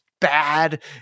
bad